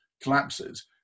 collapses